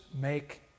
make